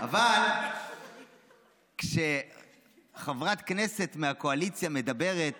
אבל כשחברת כנסת מהקואליציה אומרת